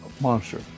Monster